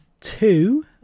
two